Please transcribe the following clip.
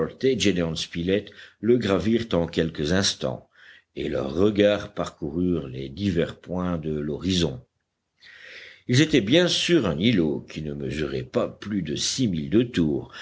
le gravirent en quelques instants et leurs regards parcoururent les divers points de l'horizon ils étaient bien sur un îlot qui ne mesurait pas plus de six milles de tour